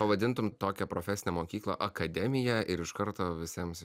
pavadintum tokią profesinę mokyklą akademija ir iš karto visiems